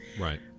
Right